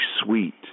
sweet